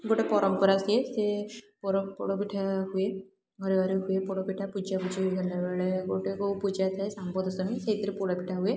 ଗୋଟେ ପରମ୍ପରା ସିଏ ସିଏ ପୋଡ଼ ପିଠା ହୁଏ ଘରେ ଘରେ ହୁଏ ପୋଡ଼ ପିଠା ପୂଜାପୁଜି ହେଲାବେଳେ ଗୋଟେ କେଉଁ ପୂଜା ଥାଏ ଶାମ୍ବଦଶମୀ ସେଇଥିରେ ପୋଡ଼ ପିଠା ହୁଏ